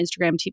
instagram